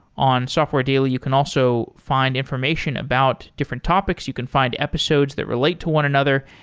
on software daily, you can also find information about different topics. you can find episodes that relate to one another.